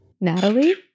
Natalie